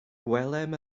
gwelem